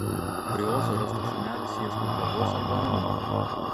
prie ozo rastas šunelis ieško globos arba namų